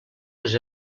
les